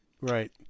right